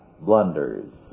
blunders